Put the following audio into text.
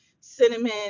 cinnamon